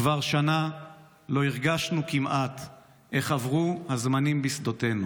"כבר שנה לא הרגשנו כמעט / איך עברו הזמנים בשדותינו.